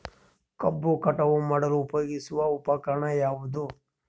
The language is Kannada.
ಕಬ್ಬು ಕಟಾವು ಮಾಡಲು ಉಪಯೋಗಿಸುವ ಉಪಕರಣ ಯಾವುದು?